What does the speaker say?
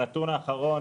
הנתון האחרון